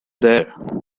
there